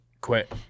quit